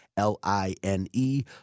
L-I-N-E